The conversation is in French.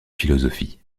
philosophie